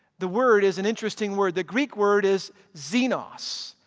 the word is an interesting word. the greek word is xenos.